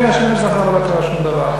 להגיד: כן, השמש זרחה ולא קרה שום דבר.